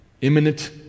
imminent